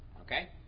okay